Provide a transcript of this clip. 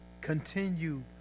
continue